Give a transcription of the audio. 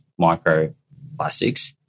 microplastics